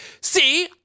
See